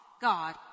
God